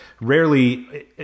rarely